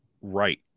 right